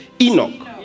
Enoch